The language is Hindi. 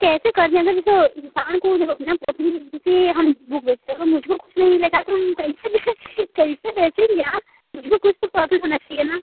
कैसे कर देंगे देखो इंसान को जब अपना अपनी क्योंकि हम बुक बेचते हैं मुझको कुछ नहीं मिलेगा तो हम कैसे बिके कैसे बेचेंगे यार मुझको कुछ तो प्रॉफ़िट होना चहिए न